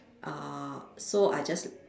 uh so I just